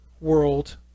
world